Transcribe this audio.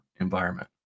environment